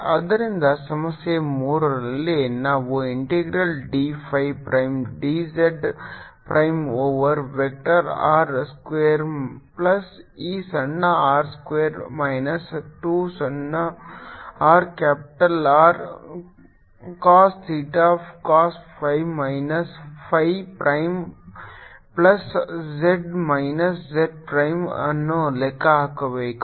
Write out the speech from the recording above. ಆದ್ದರಿಂದ ಸಮಸ್ಯೆ ಮೂರರಲ್ಲಿ ನಾವು integral d phi prime d z prime over vector R square plus ಈ ಸಣ್ಣ r ಸ್ಕ್ವೇರ್ ಮೈನಸ್ 2 ಸಣ್ಣ r capital R cos theta cos phi minus phi prime plus z minus z prime ಅನ್ನು ಲೆಕ್ಕ ಹಾಕಬೇಕು